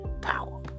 power